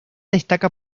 destaca